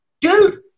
dude